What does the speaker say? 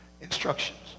instructions